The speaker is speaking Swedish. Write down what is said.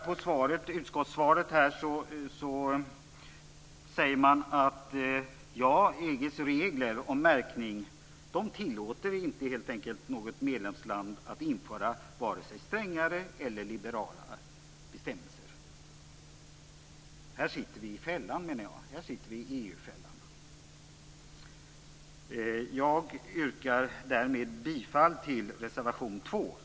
I utskottssvaret säger man att EU:s regler om märkning helt enkelt inte tillåter något medlemsland att införa vare sig strängare eller liberalare bestämmelser. Här sitter vi i EU-fällan, menar jag. Jag yrkar därmed bifall till reservation 2.